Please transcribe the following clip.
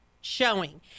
showing